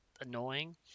annoying